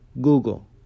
Google